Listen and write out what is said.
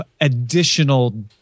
additional